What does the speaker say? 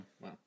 wow